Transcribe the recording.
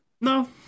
No